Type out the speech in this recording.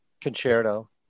Concerto